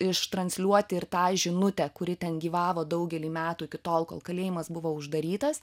ištransliuoti ir tą žinutę kuri ten gyvavo daugelį metų iki tol kol kalėjimas buvo uždarytas